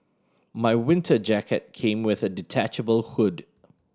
my winter jacket came with a detachable hood